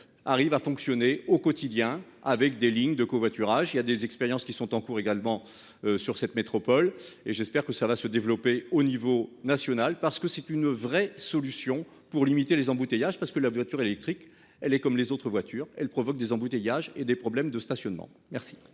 arrive à fonctionner au quotidien avec des lignes de covoiturage. Il y a des expériences qui sont en cours également. Sur cette métropole et j'espère que ça va se développer au niveau national parce que c'est une vraie solution pour limiter les embouteillages parce que la voiture électrique elle est comme les autres voitures elles provoquent des embouteillages et des problèmes de stationnement. Merci.